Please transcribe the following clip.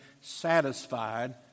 satisfied